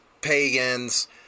Pagans